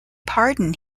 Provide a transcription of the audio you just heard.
pardon